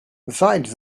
besides